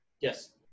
Yes